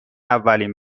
اولین